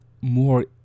more